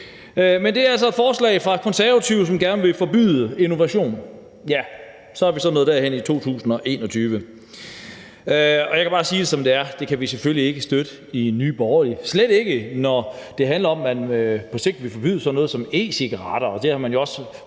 dage. Det er altså et forslag fra Konservative, som gerne vil forbyde innovation. Ja, så er vi så nået dertil i 2021. Jeg kan bare sige det, som det er: Det kan vi selvfølgelig ikke støtte i Nye Borgerlige – slet ikke, når det handler om, at man på sigt vil forbyde sådan noget som e-cigaretter. Og det har man jo også